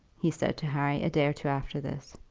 he said to harry, a day or two after this,